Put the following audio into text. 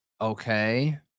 Okay